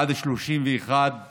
הוא עד 31 בינואר,